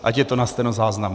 Ať je to na stenozáznamu.